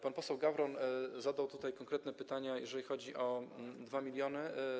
Pan poseł Gawron zadał tutaj konkretne pytania, jeżeli chodzi o 2 mln.